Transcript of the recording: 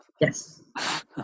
Yes